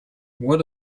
what